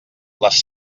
les